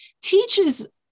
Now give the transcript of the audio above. teaches